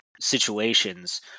situations